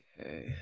Okay